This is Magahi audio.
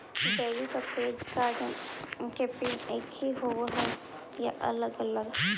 डेबिट और क्रेडिट कार्ड के पिन एकही होव हइ या अलग अलग?